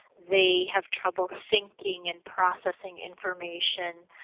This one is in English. they have trouble thinking and processing information,